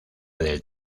del